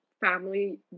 family